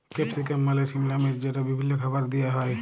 capsicum মালে সিমলা মির্চ যেট বিভিল্ল্য খাবারে দিঁয়া হ্যয়